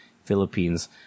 philippines